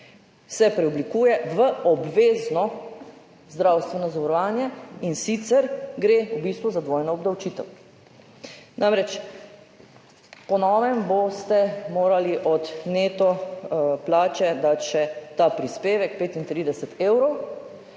Preoblikuje se v obvezno zdravstveno zavarovanje, in sicer gre v bistvu za dvojno obdavčitev. Namreč, po novem boste morali od neto plače dati še ta prispevek, 35 evrov,